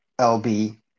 LB